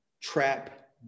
Trap